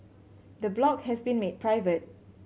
the blog has been made private